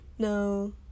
no